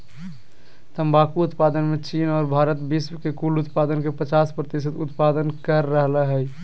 तंबाकू उत्पादन मे चीन आर भारत विश्व के कुल उत्पादन के पचास प्रतिशत उत्पादन कर रहल हई